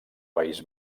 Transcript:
país